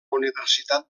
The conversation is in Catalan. universitat